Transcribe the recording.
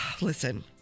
Listen